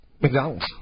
McDonald's